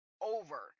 over